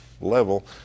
level